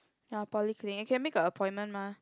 ya polyclinic you can make a appointment mah